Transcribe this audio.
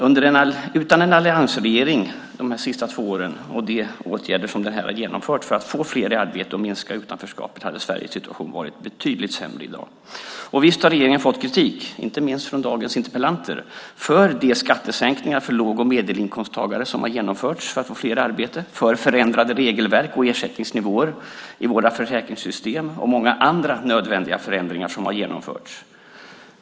Utan en alliansregering de senaste två åren och de åtgärder som den har genomfört för att få fler i arbete och minska utanförskapet hade Sveriges situation varit betydligt sämre i dag. Visst har regeringen fått kritik - inte minst från dagens interpellanter - för de skattesänkningar för låg och medelinkomsttagare som har genomförts för att få fler i arbete, för förändrade regelverk och ersättningsnivåer i våra försäkringssystem och för många andra nödvändiga förändringar som har genomförts.